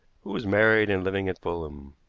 who was married and living at fulham.